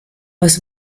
was